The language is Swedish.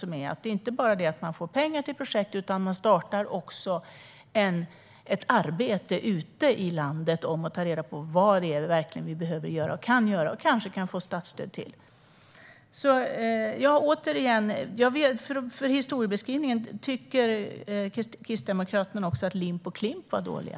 Det handlar inte bara om att få pengar till projekt. Man startar också ett arbete ute i landet som handlar om att ta reda på vad det är man verkligen behöver göra och kan göra och kanske kan få statsstöd för. Med tanke på historiebeskrivningen undrar jag: Tycker Kristdemokraterna också att LIP och Klimp var dåliga?